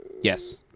yes